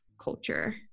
culture